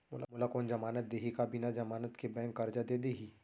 मोला कोन जमानत देहि का बिना जमानत के बैंक करजा दे दिही?